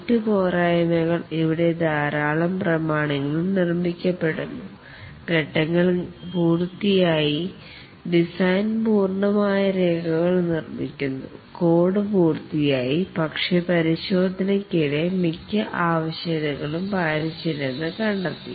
മറ്റു പോരായ്മകൾ ഇവിടെ ധാരാളം പ്രമാണങ്ങളൾ നിർമ്മിക്കപ്പെടുന്നു ഫേസ് ങ്ങൾ പൂർത്തിയായി ആയി ഡിസൈൻ പൂർണമായ രേഖകൾ നിർമ്മിക്കുന്നു കോഡ് പൂർത്തിയായി പക്ഷേ ടെസ്റ്റിംഗ് ഫേസിൽ മിക്ക ആവശ്യകതകളും പാലിച്ചില്ലെന്ന് കണ്ടെത്തി